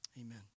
Amen